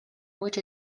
which